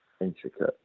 intricate